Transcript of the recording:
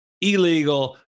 illegal